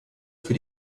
für